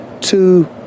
two